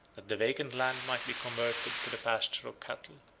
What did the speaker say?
that the vacant land might be converted to the pasture of cattle.